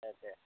दे दे